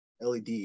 LED